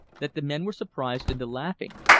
that the men were surprised into laughing.